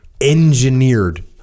engineered